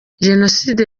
jenoside